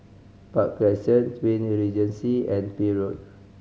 Park Crescent Twin Regency and Peel Road